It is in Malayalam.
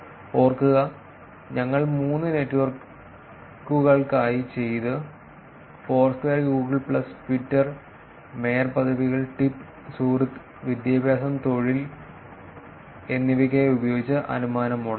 ഓർക്കുക ഞങ്ങൾ മൂന്ന് നെറ്റ്വർക്കുകൾക്കായി ചെയ്തു Foursquare Google plus Twitter mayor പദവികൾ ടിപ്പ് സുഹൃത്ത് വിദ്യാഭ്യാസം തൊഴിൽ സുഹൃത്ത് എന്നിവയ്ക്കായി ഉപയോഗിച്ച അനുമാന മോഡലുകൾ